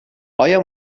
آیا